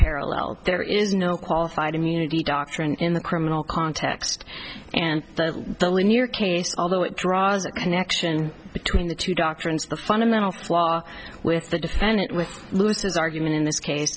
parallel there is no qualified immunity doctrine in the criminal context and the linear case although it draws a connection between the two doctrines of fundamental flaw with the defendant with lewis's argument in this case